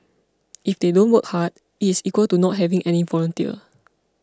if they don't work hard it is equal to not having any volunteer